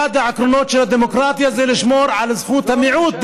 אחד העקרונות של הדמוקרטיה זה לשמור דווקא על זכות המיעוט,